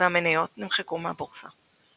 והמניות נמחקו מהבורסה.